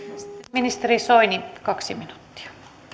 ministeri soini kaksi minuuttia